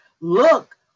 look